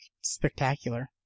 spectacular